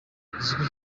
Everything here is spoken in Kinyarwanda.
uzwi